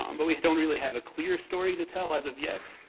um but we don't really have a clear story to tell as of yet.